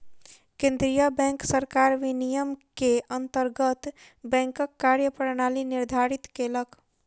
केंद्रीय बैंक सरकार विनियम के अंतर्गत बैंकक कार्य प्रणाली निर्धारित केलक